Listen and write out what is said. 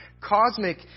cosmic